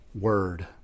word